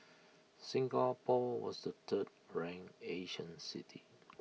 Singapore was the third ranked Asian city